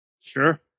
Sure